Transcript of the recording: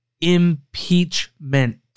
Impeachment